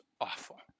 awful